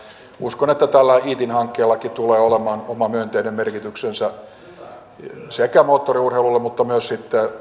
uskon että tällä iitin hankkeellakin tulee olemaan oma myönteinen merkityksensä sekä moottoriurheilulle että myös sitten